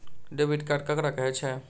Debit card ककरा कहै छै?